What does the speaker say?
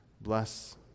bless